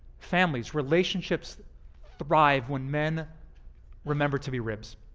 families, relationships thrive when men remember to be ribs.